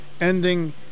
ending